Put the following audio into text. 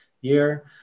year